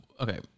Okay